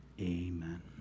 Amen